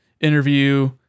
interview